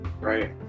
right